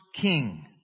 king